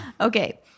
Okay